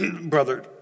Brother